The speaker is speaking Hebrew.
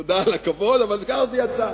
תודה על הכבוד, אבל ככה זה יצא.